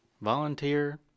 volunteer